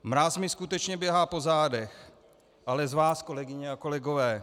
Mráz mi skutečně běhá po zádech, ale z vás, kolegyně a kolegové.